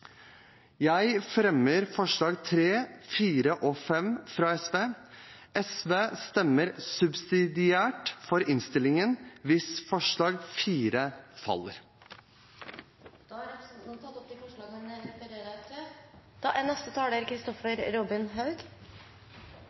Jeg fremmer forslagene nr. 3, 4 og 5 fra SV. SV stemmer subsidiært for innstillingen hvis forslag nr. 4 faller. Da har representanten Nicholas Wilkinson tatt opp de forslagene han refererte til.